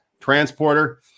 transporter